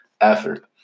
effort